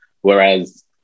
whereas